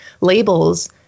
labels